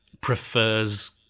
prefers